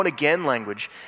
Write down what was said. language